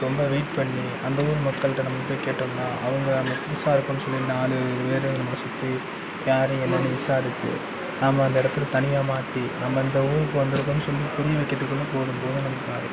ரொம்ப வெயிட் பண்ணி அந்த ஊர் மக்கள்கிட்ட நம்ம போய் கேட்டோம்னால் அவங்க நம்ம புதுசாக இருக்கோம்னு சொல்லி நாலு பேர் நம்மளை சுற்றி யார் என்னன்னு விசாரித்து நம்ம அந்த இடத்தில் தனியாக மாட்டி நம்ம இந்த ஊருக்கு வந்திருக்கோம்னு சொல்லி புரிய வைக்கிறதுக்குள்ள போதும் போதும்னு நமக்கு ஆகிடும்